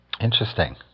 Interesting